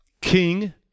King